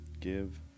Give